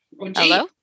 Hello